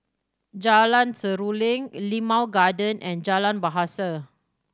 Jalan Seruling Limau Garden and Jalan Bahasa